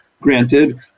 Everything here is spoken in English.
granted